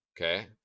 Okay